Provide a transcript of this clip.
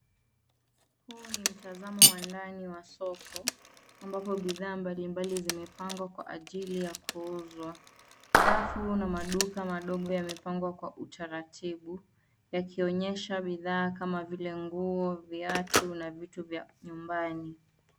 Huu ni mtazamo wa ndani wa soko ambapo bidhaa mbalimbali zimepangwa kwa ajili ya kuuzwa. Rafu na maduka madogo yamepangwa kwa utaratibu yakionyesha bidhaa kama vile nguo, viatu na vitu vya nyumbani.